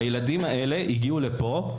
הילדים האלה הגיעו לפה,